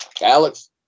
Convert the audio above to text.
Alex